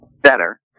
better